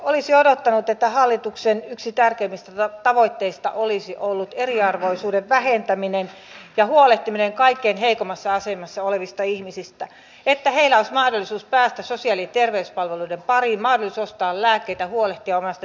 olisi odottanut että hallituksen yksi tärkeimmistä tavoitteista olisi ollut eriarvoisuuden vähentäminen ja huolehtiminen kaikkein heikoimmassa asemassa olevista ihmisistä että heillä olisi mahdollisuus päästä sosiaali terveyspalveluiden pariin mahdollisuus ostaa lääkkeitä huolehtia omasta terveydestään